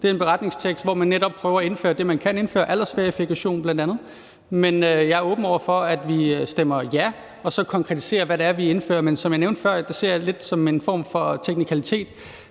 Det er en beretningstekst, hvor man netop prøver at indføre det, man kan indføre, nemlig bl.a. aldersverificering. Men jeg er åben over for, at vi stemmer ja og så konkretiserer, hvad det er, vi indfører. Men som jeg nævnte før, ser jeg det lidt som en form for teknikalitet,